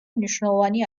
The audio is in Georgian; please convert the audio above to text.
მნიშვნელოვანი